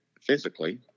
physically